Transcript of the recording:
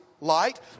light